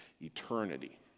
eternity